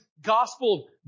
gospel